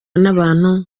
n’abantu